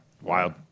Wild